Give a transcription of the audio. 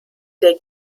der